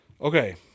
Okay